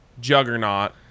juggernaut